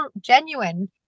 genuine